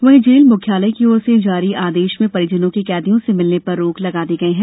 वहीं जेल मुख्यालय की ओर से जारी आदेश में परिजनों के कैदियों से मिलने पर रोक लगा दी गई है